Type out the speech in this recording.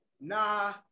nah